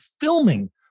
filming